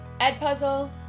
Edpuzzle